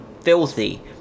filthy